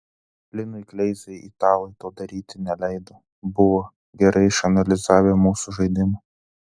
linui kleizai italai to daryti neleido buvo gerai išanalizavę mūsų žaidimą